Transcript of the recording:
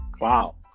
wow